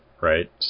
right